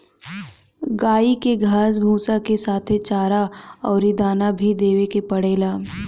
गाई के घास भूसा के साथे चारा अउरी दाना भी देवे के पड़ेला